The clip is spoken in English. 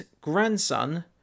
grandson